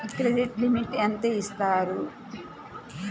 Credit limit ఎంత ఇస్తారు?